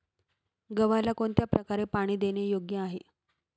गव्हाला कोणत्या प्रकारे पाणी देणे योग्य आहे?